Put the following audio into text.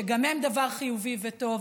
שגם הן דבר חיובי וטוב,